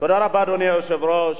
תודה רבה, אדוני היושב-ראש.